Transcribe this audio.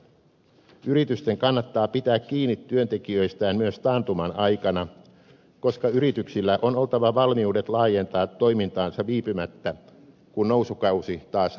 yritysten kannattaa pitää kiinni työntekijöistään myös taantuman aikana koska yrityksillä on oltava valmiudet laajentaa toimintaansa viipymättä kun nousukausi taas alkaa